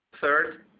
Third